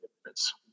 difference